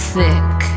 Thick